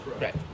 Right